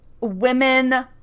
women